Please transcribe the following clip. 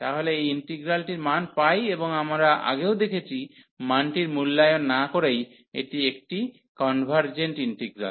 তাহলে এই ইন্টিগ্রালটির মান এবং আমরা আগেও দেখেছি মানটির মূল্যায়ন না করেই এটি একটি কনভার্জেন্ট ইন্টিগ্রাল